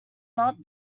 not